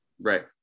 Right